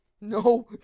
No